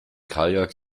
kajak